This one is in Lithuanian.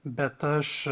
bet aš